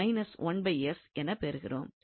எனவே என பெறுகிறோம்